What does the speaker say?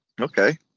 Okay